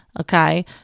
okay